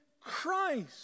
Christ